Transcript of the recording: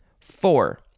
Four